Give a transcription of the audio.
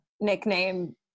nickname